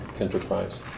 enterprise